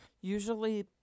usually